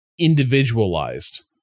individualized